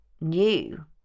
new